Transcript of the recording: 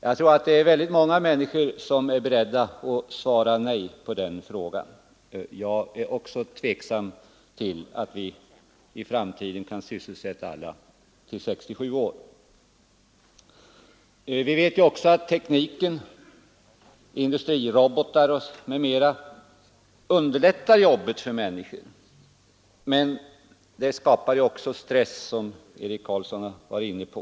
Jag tror att väldigt många människor är beredda att svara nej på den frågan, och även jag är tveksam om huruvida vi kommer att kunna sysselsätta alla till 67 års ålder. Vi vet att tekniken, t.ex. industrirobotar och liknande, underlättar jobbet för människorna, men som herr Carlsson i Vikmanshyttan framhöll skapar den också stress.